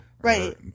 Right